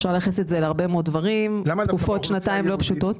אפשר לייחס את זה להרבה מאוד דברים כמו שנתיים אחרונות לא פשוטות.